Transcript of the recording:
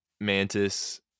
Mantis